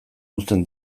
uzten